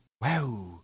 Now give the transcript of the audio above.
Wow